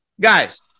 Guys